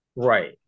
Right